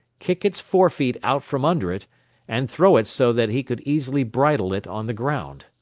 kick its forefeet out from under it and throw it so that he could easily bridle it on the ground.